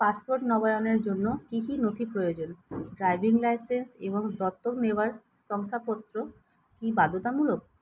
passport নবায়নের জন্য কী কী নথি প্রয়োজন ড্রাইভিং লাইসেন্স এবং দত্তক নেওয়ার শংসাপত্র কি বাধ্যতামূলক